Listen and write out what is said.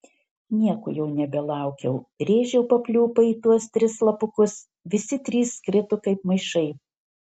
nieko jau nebelaukiau rėžiau papliūpą į tuos tris slapukus visi trys krito kaip maišai